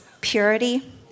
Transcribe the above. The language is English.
purity